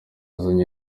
azanye